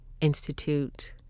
institute